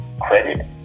credit